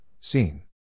seen